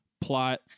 plot